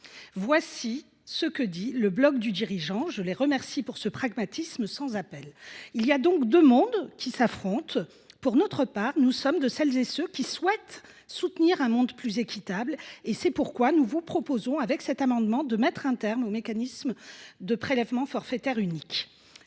Voilà ce que conseille leblogdudirigeant.com, que je remercie pour son pragmatisme sans appel ! Il y a donc deux mondes qui s’affrontent. Pour notre part, nous sommes de ceux qui souhaitent soutenir un monde équitable. C’est pourquoi nous vous proposons, par cet amendement, de mettre un terme au mécanisme de prélèvement forfaitaire unique.